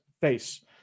face